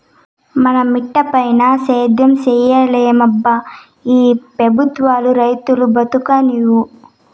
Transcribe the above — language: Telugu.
మన మిటపైన సేద్యం సేయలేమబ్బా ఈ పెబుత్వాలు రైతును బతుకనీవు